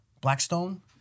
Blackstone